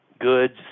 goods